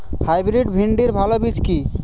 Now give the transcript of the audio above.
Hybrid ভিন্ডির ভালো বীজ কি?